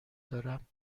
دارم